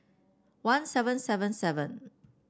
one seven seven seven